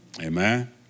Amen